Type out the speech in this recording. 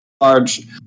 large